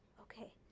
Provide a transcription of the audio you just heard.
Okay